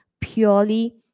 purely